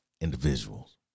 individuals